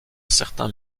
certains